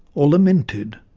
or lamented.